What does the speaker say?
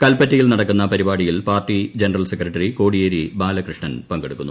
കൽപ്പറ്റയിൽ നടക്കുന്ന പരിപാടിയിൽ party general secretary Kodiyeri Balakrishnan പിങ്കെടുക്കുന്നു